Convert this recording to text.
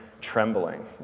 trembling